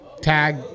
tag